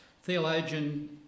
Theologian